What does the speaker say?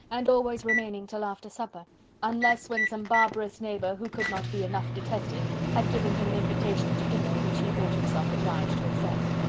and always remaining till after supper unless when some barbarous neighbour, who could not be enough detested, had given him an invitation to dinner which he thought himself obliged to accept.